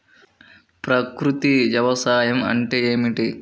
ప్రకృతి వ్యవసాయం అంటే ఏమిటి?